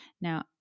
Now